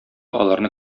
аларны